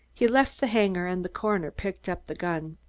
he left the hangar and the coroner picked up the gun.